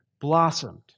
blossomed